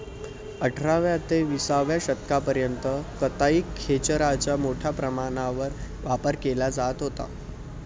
अठराव्या ते विसाव्या शतकापर्यंत कताई खेचराचा मोठ्या प्रमाणावर वापर केला जात होता